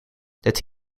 that